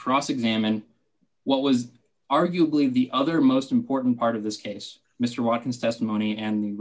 cross examine what was arguably the other most important part of this case mr martin's testimony and the